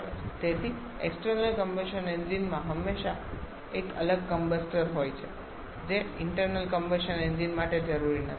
તેથી external combustion engine માં હંમેશા એક અલગ કમ્બસ્ટર હોય છે જે ઇન્ટરનલ કમ્બશન એન્જિન માટે જરૂરી નથી